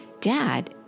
dad